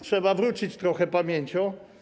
Trzeba wrócić trochę pamięcią.